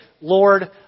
Lord